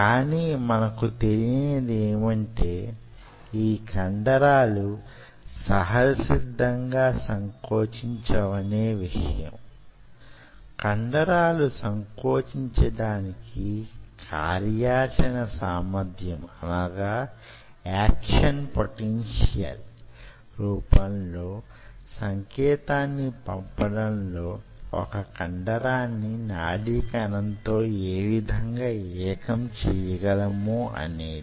కానీ మనకు తెలియనిది ఏమంటే ఈ కండరాలు సహజసిద్ధంగా సంకోచించవనే విషయం కండరాలు సంకోచించడానికి కార్యాచరణ సామర్ధ్యం యాక్షన్ పొటెన్షియల్ రూపంలో సంకేతాన్ని పంపడంలో వొక కండరాన్ని నాడీకణంతో యే విధంగా యేకం చెయ్యగలమో అనేది